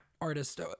artist